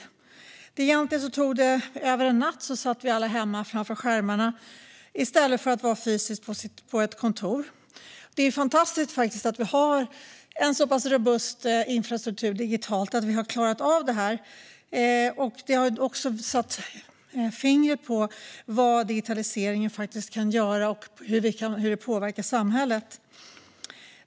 Det var egentligen över en natt som vi alla började sitta hemma framför skärmarna i stället för att vara fysiskt på ett kontor. Det är fantastiskt att vi har en så pass robust digital infrastruktur att vi har klarat av detta, och det har också satt fingret på vad digitaliseringen faktiskt kan göra och hur den påverkar samhället.